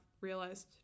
realized